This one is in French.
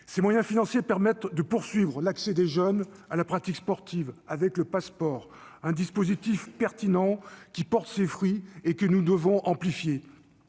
Ces moyens financiers permettent de poursuivre l'accès des jeunes à la pratique sportive, avec le Pass'Sport, un dispositif pertinent qui porte ses fruits et que nous devons amplifier.